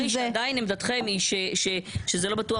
נדמה לי שעדיין עמדתכם היא שזה לא בטוח